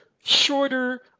shorter